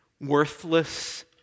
worthless